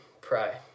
pray